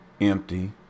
empty